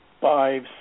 five